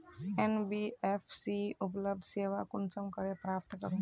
NBFC उपलब्ध सेवा कुंसम करे प्राप्त करूम?